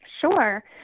Sure